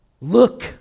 Look